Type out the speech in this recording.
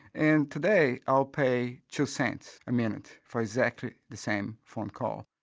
and today i'll pay two cents a minute for exactly the same phone call.